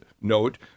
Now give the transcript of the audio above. note